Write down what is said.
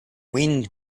wind